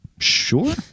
sure